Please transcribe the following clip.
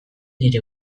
nire